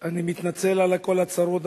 אני מתנצל על הקול הצרוד,